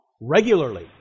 regularly